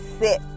sit